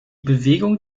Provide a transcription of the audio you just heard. bewegung